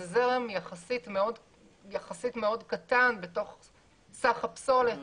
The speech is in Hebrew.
זה זרם יחסית מאוד קטן בסך הפסולת,